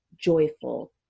joyful